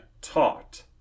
taught